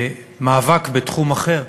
מאבק בתחום אחר,